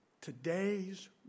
Today's